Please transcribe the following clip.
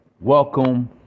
Welcome